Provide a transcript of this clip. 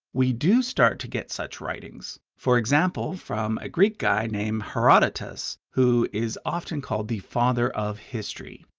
we do start to get such writings, for example, from a greek guy named herodotus, who is often called the father of history.